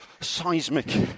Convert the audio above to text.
seismic